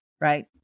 right